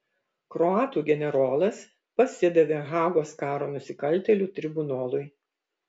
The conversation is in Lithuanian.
kroatų generolas pasidavė hagos karo nusikaltėlių tribunolui